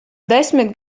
desmit